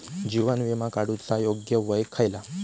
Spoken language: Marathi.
जीवन विमा काडूचा योग्य वय खयला?